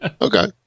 Okay